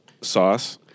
sauce